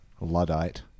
Luddite